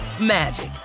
magic